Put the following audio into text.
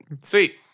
Sweet